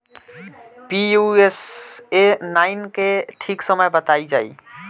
Pusa nine के ठीक समय बताई जाई?